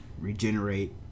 regenerate